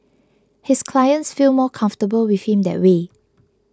his clients feel more comfortable with him that way